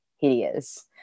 hideous